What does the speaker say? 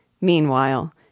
Meanwhile